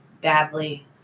badly